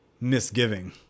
Misgiving